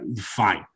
fine